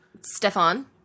Stefan